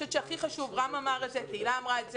הכי חשוב, רם אמר את זה, תהלה אמרה את זה,